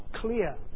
clear